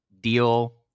deal